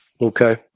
Okay